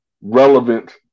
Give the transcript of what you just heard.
relevant